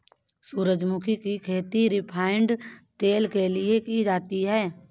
सूरजमुखी की खेती रिफाइन तेल के लिए की जाती है